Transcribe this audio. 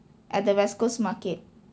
at the west coast market